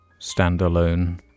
standalone